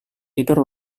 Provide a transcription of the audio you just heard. tidur